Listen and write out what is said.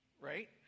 right